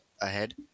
ahead